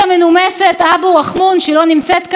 והתייחסה לפסק הדין של בית המשפט.